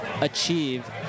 achieve